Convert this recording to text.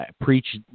preach